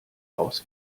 aus